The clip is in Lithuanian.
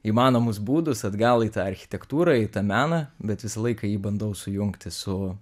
įmanomus būdus atgal į tą architektūrą į tą meną bet visą laiką jį bandau sujungti su